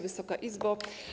Wysoka Izbo!